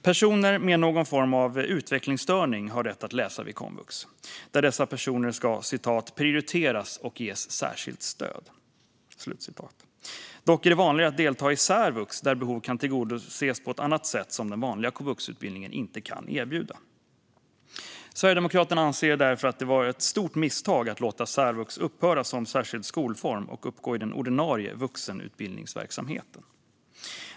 Personer med någon form av utvecklingsstörning har rätt att läsa vid komvux, där de ska prioriteras och ges särskilt stöd. Dock är det vanligare att delta i särvux, där behov kan tillgodoses på ett annat sätt som den vanliga komvuxutbildningen inte kan erbjuda. Sverigedemokraterna anser därför att det var ett stort misstag att låta särvux upphöra som särskild skolform och uppgå i den ordinarie vuxenutbildningsverksamheten.